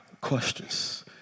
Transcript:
questions